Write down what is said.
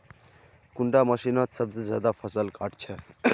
कुंडा मशीनोत सबसे ज्यादा फसल काट छै?